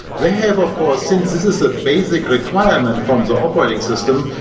they have of course since this is a basic requirement from the operating system,